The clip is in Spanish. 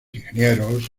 ingenieros